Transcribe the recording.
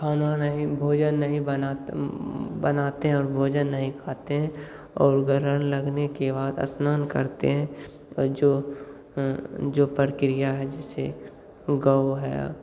खाना नहीं भोजन नहीं बनात बनाते हैं और भोजन नहीं खाते हैं और ग्रहण लगने के बाद स्नान करते हैं और जो जो प्रक्रिया है जैसे है